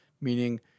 meaning